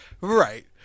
Right